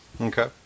Okay